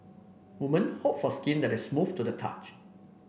woman hope for skin that is smooth to the touch